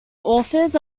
authors